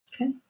okay